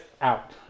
Out